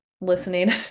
listening